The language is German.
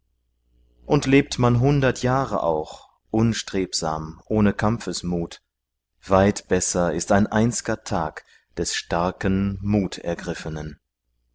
und lebt man hundert jahre auch unstrebsam ohne kampfesmut weit besser ist ein einz'ger tag des starken mutergriffenen